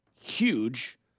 huge